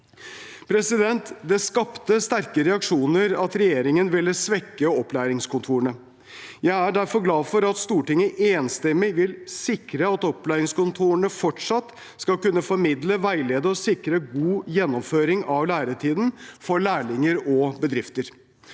kommer. Det skapte sterke reaksjoner at regjeringen ville svekke opplæringskontorene. Jeg er derfor glad for at Stortinget enstemmig vil sikre at opplæringskontorene fortsatt skal kunne formidle, veilede og sikre en god gjennomføring av læretiden for lærlinger og bedrifter.